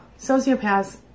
Sociopaths